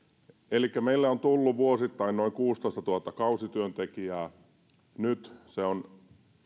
elikkä meille on tullut vuosittain noin kuusitoistatuhatta kausityöntekijää nyt se on